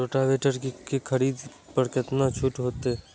Rotavator के खरीद पर केतना छूट होते?